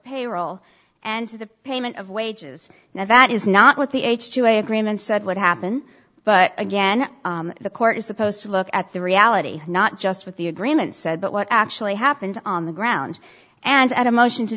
payroll and to the payment of wages now that is not what the h two a agreement said would happen but again the court is supposed to look at the reality not just with the agreement said but what actually happened on the ground and a motion to